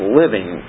living